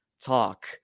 Talk